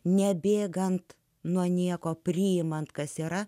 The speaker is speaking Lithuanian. nebėgant nuo nieko priimant kas yra